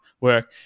work